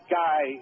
guy